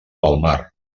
palmar